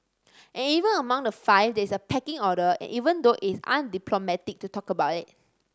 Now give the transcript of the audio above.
and even among the five there is a pecking order even though it is undiplomatic to talk about it